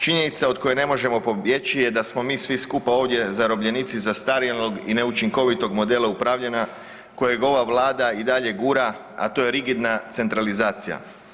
Činjenica od koje ne možemo pobjeći je da smo mi svi skupa ovdje zarobljenici zastarjelog i neučinkovitog modela upravljanja kojeg ova Vlada i dalje gura, a to je rigidna centralizacija.